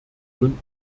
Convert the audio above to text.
gründen